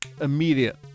immediate